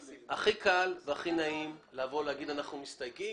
הכי קל והכי נעים לבוא ולהגיד: אנחנו מסתייגים,